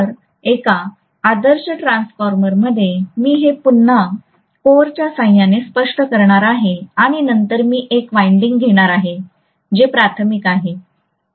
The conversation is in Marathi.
तर एका आदर्श ट्रान्सफॉर्मरमध्ये मी हे पुन्हा कोरच्या साहाय्याने स्पष्ट करणार आहे आणि नंतर येथे मी एक वाइंडिंग घेणार आहे जे प्राथमिक आहे